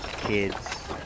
kids